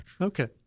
Okay